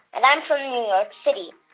and i'm from new york city.